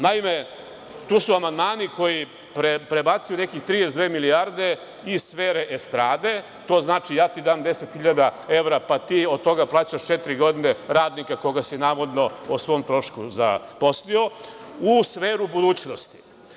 Naime, tu su amandmani koji prebacuju nekih 32 milijarde iz sfere estrade, to znači ja ti dam 10.000 evra, pa ti od toga plaćaš četiri godine radnika koga si navodno o svom trošku zaposlio, u sferu budućnosti.